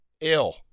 ill